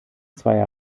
zweier